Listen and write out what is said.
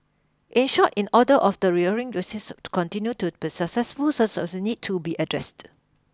in short in order of the to continue to be successful such need to be addressed